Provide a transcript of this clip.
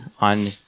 on